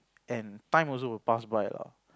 and time also will pass by lah